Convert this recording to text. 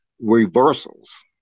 reversals